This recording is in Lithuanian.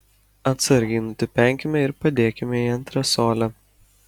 atsargiai nutipenkime ir padėkite į antresolę